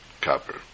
copper